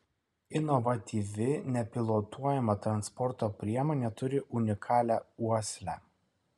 inovatyvi nepilotuojama transporto priemonė turi unikalią uoslę